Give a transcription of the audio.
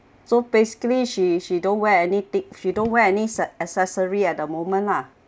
so basically she she don't wear anything she don't wear any ce~ accessory at the moment lah